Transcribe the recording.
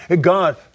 God